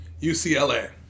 UCLA